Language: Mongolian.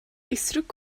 эсрэг